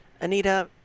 Anita